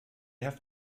have